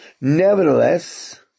nevertheless